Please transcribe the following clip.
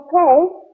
Okay